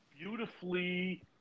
beautifully